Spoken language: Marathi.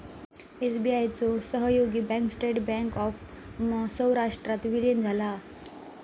एस.बी.आय चो सहयोगी बँक स्टेट बँक ऑफ सौराष्ट्रात विलीन झाला